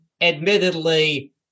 admittedly